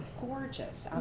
gorgeous